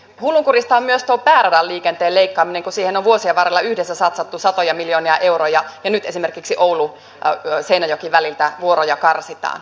hullunkurista on myös tuo pääradan liikenteen leikkaaminen kun siihen on vuosien varrella yhdessä satsattu satoja miljoonia euroja ja nyt esimerkiksi ouluseinäjokiväliltä vuoroja karsitaan